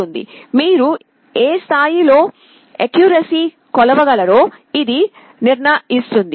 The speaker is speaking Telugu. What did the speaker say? మీరు ఏ స్థాయి లో అక్యూరసి కొలవగలరో ఇది నిర్ణయిస్తుంది